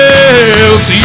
else